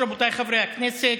רבותיי חברי הכנסת,